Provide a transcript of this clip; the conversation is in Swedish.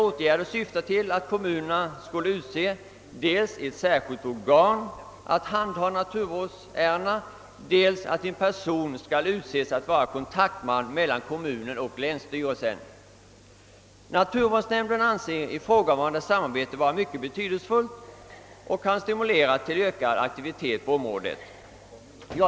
Åtgärderna syftar till att kommunerna dels skulle bilda ett särskilt organ som skulle handha naturvårdsärendena, dels utse en person som skulle vara kontaktman mellan kommunen och länsstyrelsen. Naturvårdsnämnden anser att ifrågavarande samarbete skulle vara mycket betydelsefullt och stimulera till ökad aktivitet på området.